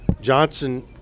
Johnson